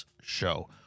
Show